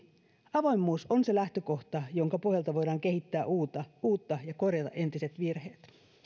avoimuus on se lähtökohta jonka pohjalta voidaan kehittää uutta ja korjata entiset virheet